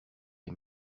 les